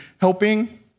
helping